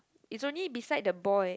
is only beside the boy